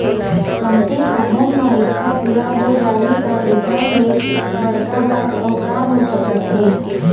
कमती साधन म इच्छा पूरा हो जाही त एखर ले बड़का बात अउ का हो सकत हे